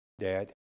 Dad